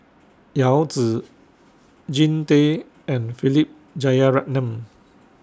Yao Zi Jean Tay and Philip Jeyaretnam